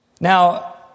Now